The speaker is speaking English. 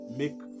make